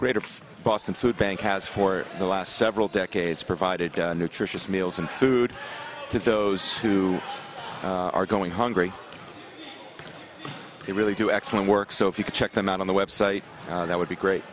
greater boston food bank has for the last several decades provided nutritious meals and food to those who are going hungry they really do excellent work so if you can check them out on the website that would be great